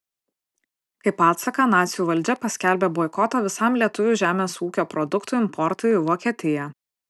kaip atsaką nacių valdžia paskelbė boikotą visam lietuvių žemės ūkio produktų importui į vokietiją